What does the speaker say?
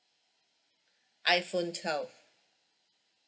iPhone twelve